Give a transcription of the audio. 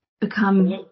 become